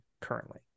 currently